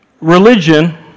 religion